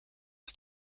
aus